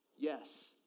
Yes